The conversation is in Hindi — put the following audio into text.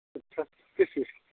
अच्छा किस चीज की